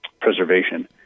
preservation